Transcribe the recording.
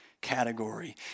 category